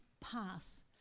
pass